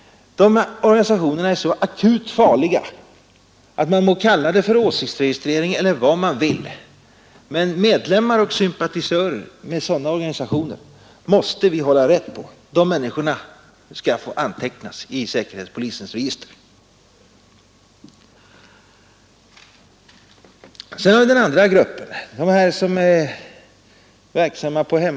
De är så akut farliga, att vi måste hålla rätt på medlemmar i och sympatisörer till Nr 136 Måndagen den man vill, men dessa människor skall få antecknas i säkerhetspolisens 11 december 1972 Tegister. Sedan har vi den andra gruppen, den som så att säga är verksam på sådana organisationer.